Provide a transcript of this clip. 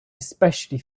especially